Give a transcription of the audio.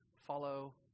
follow